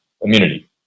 immunity